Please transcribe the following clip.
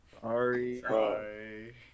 sorry